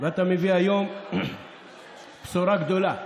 ואתה מביא היום בשורה גדולה.